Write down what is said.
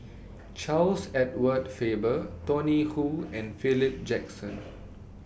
Charles Edward Faber Tony Khoo and Philip Jackson